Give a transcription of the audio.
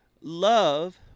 Love